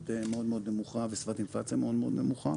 מאוד מאוד נמוכה וסביבת אינפלציה מאוד מאוד נמוכה,